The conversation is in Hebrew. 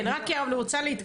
כן, רק מהר כי אני רוצה להתקדם.